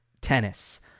tennis